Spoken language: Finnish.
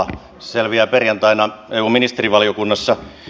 se selviää perjantaina eu ministerivaliokunnassa